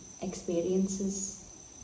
experiences